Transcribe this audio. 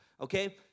okay